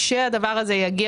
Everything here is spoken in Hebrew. כשתגיע